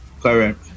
correct